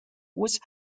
was